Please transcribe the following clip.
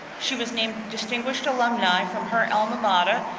she was named distinguished alumni from her alma mater,